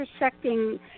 intersecting